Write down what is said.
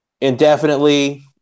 indefinitely